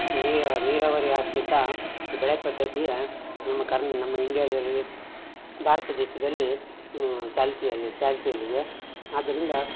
ನೀರು ನೀರಾವರಿ ಆಶ್ರಿತ ಬೆಳೆ ಪದ್ಧತಿಗೆ ನಮ್ಮ ಕರ್ನ್ ನಮ್ಮ ಇಂಡಿಯಾದಲ್ಲಿ ಭಾರತ ದೇಶದಲ್ಲಿ ಇನ್ನೂ ಚಾಲ್ತಿಯಲ್ಲಿ ಚಾಲ್ತಿಯಲ್ಲಿದೆ ಆದ್ದರಿಂದ